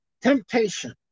Temptation